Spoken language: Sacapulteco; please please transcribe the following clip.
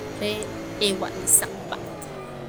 re ewa' li saq pa't.